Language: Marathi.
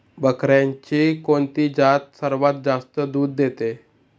बकऱ्यांची कोणती जात सर्वात जास्त दूध देते?